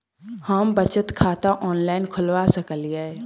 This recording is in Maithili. हम बचत खाता ऑनलाइन खोलबा सकलिये?